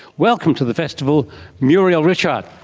welcome to the festival muriel richard.